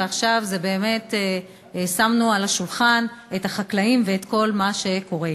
ועכשיו באמת שמנו על השולחן את נושא החקלאים וכל מה שקורה אתם.